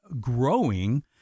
growing